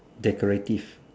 decorative